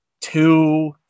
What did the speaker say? two